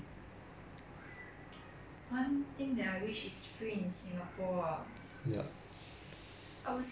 I would say education but then the thing is education is quite heavily subsidised already by the government especially for